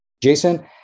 Jason